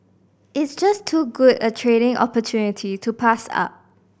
it's just too good a training opportunity to pass up